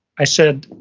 i said,